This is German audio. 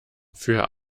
für